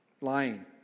lying